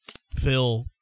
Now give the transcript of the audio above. Phil